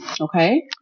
Okay